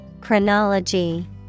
Chronology